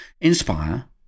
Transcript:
inspire